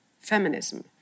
feminism